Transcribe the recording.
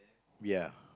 ya